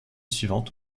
suivante